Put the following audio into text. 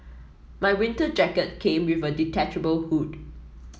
my winter jacket came with a detachable hood